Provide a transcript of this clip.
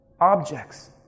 Objects